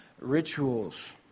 rituals